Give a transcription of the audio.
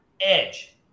edge